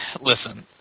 Listen